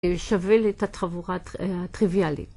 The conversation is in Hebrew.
שווה לתת חבורה טריוויאלי